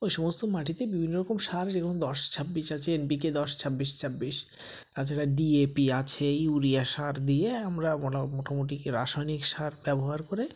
ওই সমস্ত মাটিতে বিভিন্ন রকম সার যেরকম দশ ছাব্বিশ আছে এনবিকে দশ ছাব্বিশ ছাব্বিশ তাছাড়া ডিএপি আছে ইউরিয়া সার দিয়ে আমরা মোটা মোটামুটি রাসায়নিক সার ব্যবহার করে